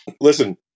listen